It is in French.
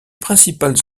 principales